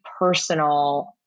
personal